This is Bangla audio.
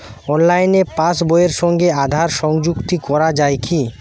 অনলাইনে পাশ বইয়ের সঙ্গে আধার সংযুক্তি করা যায় কি?